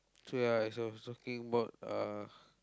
so ya as I was talking about uh